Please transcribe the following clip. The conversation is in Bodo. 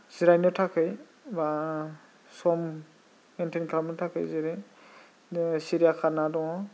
जिरायनो थाखाय मा सम मेइन्टेन खालामनो थाखाय जेरै सिरियाखाना दङ